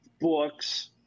books